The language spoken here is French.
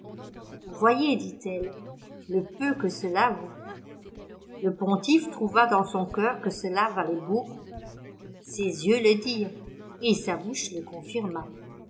vous voyez dit-elle le peu que cela vaut le pontife trouva dans son coeur que cela valait beaucoup ses yeux le dirent et sa bouche le confirma